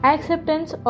Acceptance